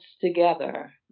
Together